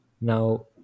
now